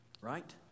Right